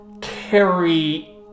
carry